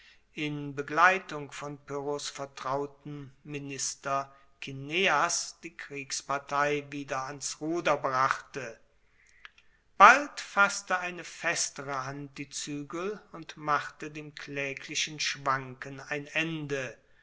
in begleitung von pyrrhos vertrautem minister kineas die kriegspartei wieder ans ruder brachte bald fasste eine festere hand die zuegel und machte dem klaeglichen schwanken ein ende